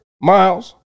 miles